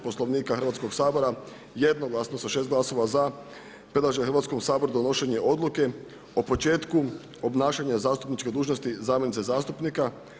Poslovnika Hrvatskog sabora, jednoglasno sa 6 glasova za, predlaže Hrvatskom saboru donošenje odluke o početku obnašanja zastupničke dužnosti zamjenice zastupnika.